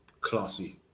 classy